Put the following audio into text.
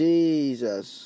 Jesus